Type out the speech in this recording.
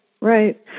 Right